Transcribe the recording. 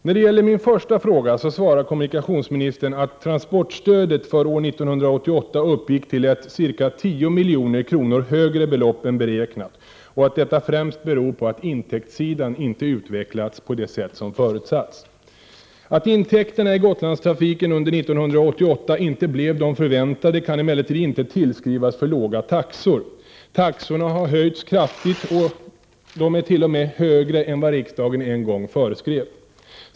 När det gäller min första fråga svarar kommunikationsministern att transportstödet för år 1988 uppgick till ett ca 10 milj.kr. högre belopp än beräknat och att detta främst beror på att intäktssidan inte utvecklats på det sätt som förutsatts. Att intäkterna i Gotlandstrafiken under 1988 inte blev de förväntade kan emellertid inte tillskrivas för låga taxor. Taxorna har höjts kraftigt så att de t.o.m. är högre än vad riksdagen en gång föreskrev.